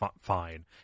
fine